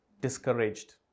Discouraged